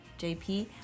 JP